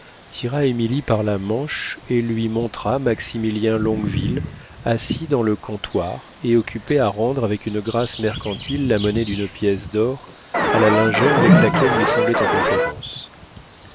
tira émilie par la manche et lui montra maximilien longueville assis dans le comptoir et occupé à rendre avec une grâce mercantile la monnaie d'une pièce d'or à la lingère avec laquelle il semblait en conférence